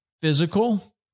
physical